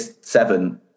seven